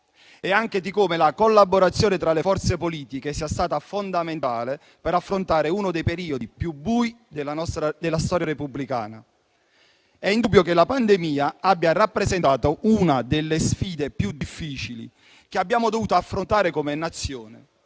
e anche come la collaborazione tra le forze politiche sia stata fondamentale per affrontare uno dei periodi più bui della storia repubblicana. È indubbio che la pandemia abbia rappresentato una delle sfide più difficili che abbiamo dovuto affrontare come Nazione,